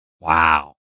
Wow